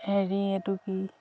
হেৰি এইটো কি